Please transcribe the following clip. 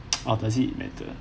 opposite matter